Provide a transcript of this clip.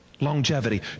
longevity